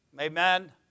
Amen